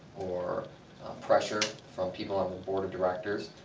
or pressure from people on the board of directors,